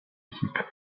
équipe